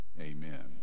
Amen